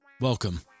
Welcome